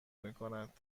میکند